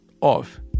off